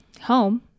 home